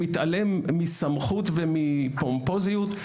מתעלם מסמכות ומפומפוזיות,